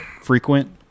frequent